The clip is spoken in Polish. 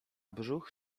brzuch